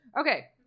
Okay